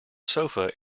sofa